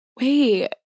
Wait